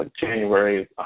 January